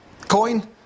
coin